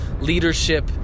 leadership